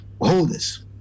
holders